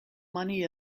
money